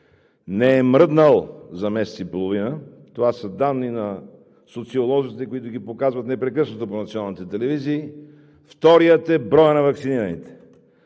не е мръднал за месец и половина – това са данни на социолозите, които ги показват непрекъснато по националните телевизии, вторият е броят на ваксинираните.